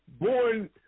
born